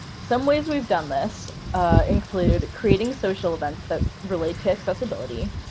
some ways we've done this include creating social events that relate to accessibility,